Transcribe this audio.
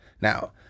Now